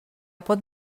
pot